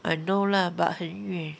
I know lah but 很远